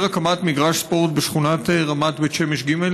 הקמת מגרש ספורט בשכונת רמת בית שמש ג'?